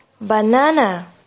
Banana